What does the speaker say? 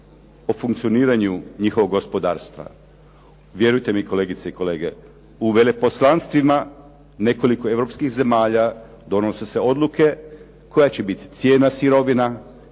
o funkcioniranju njihovog gospodarstva. Vjerujte mi kolegice i kolege, u veleposlanstvima nekoliko europskih zemalja donose se odluke koja će biti cijena sirovina,